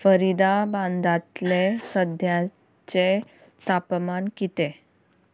फरिदाबांदातलें सद्याचें तापमान कितें